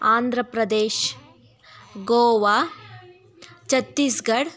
Andhra Pradesh Goa Chhattisgarh